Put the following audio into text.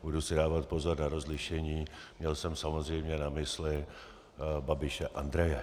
Budu si dávat pozor na rozlišení, měl jsem samozřejmě na mysli Babiše Andreje.